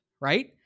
right